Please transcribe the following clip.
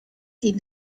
die